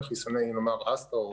חיסוני "אסטרה",